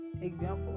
example